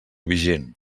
vigent